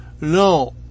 No